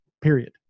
period